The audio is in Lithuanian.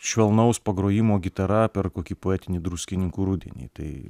švelnaus pagrojimo gitara per kokį poetinį druskininkų rudenį tai